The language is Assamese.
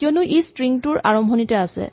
কিয়নো ই স্ট্ৰিং টোৰ আৰম্ভণিতে আছে